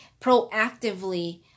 proactively